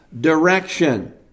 direction